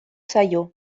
zaio